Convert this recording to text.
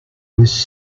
was